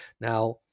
Now